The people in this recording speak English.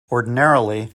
ordinarily